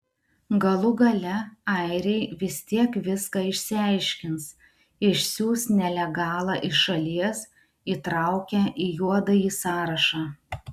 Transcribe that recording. galų gale airiai vis tiek viską išsiaiškins išsiųs nelegalą iš šalies įtraukę į juodąjį sąrašą